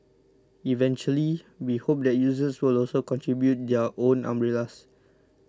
eventually we hope that users will also contribute their own umbrellas